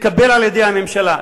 תתקבל על-ידי הממשלה,